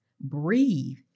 breathe